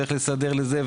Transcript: ואיך לסדר לזה,